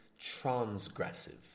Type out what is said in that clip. transgressive